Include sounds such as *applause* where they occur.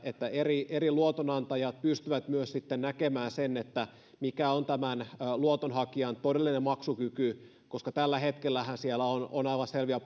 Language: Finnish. että eri eri luotonantajat pystyvät myös sitten näkemään sen mikä on tämän luotonhakijan todellinen maksukyky tällä hetkellähän siellä on on aivan selviä *unintelligible*